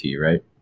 right